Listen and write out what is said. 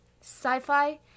sci-fi